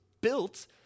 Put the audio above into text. built